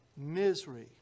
Misery